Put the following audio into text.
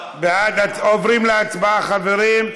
עוברים להצבעה, חברים.